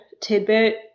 tidbit